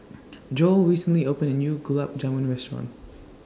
Joell recently opened A New Gulab Jamun Restaurant